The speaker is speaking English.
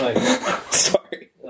Sorry